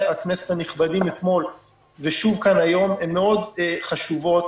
הכנסת הנכבדים אתמול והיום הם מאוד חשובים.